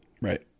right